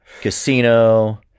casino